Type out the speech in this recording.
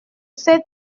sept